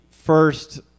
First